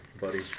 buddy